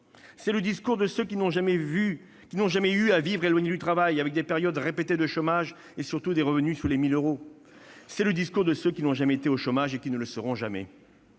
C'est le discours de ceux qui n'ont jamais eu à vivre éloignés du travail, avec des périodes répétées de chômage et, surtout, des revenus inférieurs à 1 000 euros. C'est le discours de ceux qui n'ont jamais été au chômage et qui ne le seront jamais